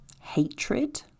hatred